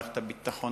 מערכת הביטחון,